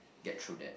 get through that